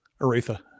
Aretha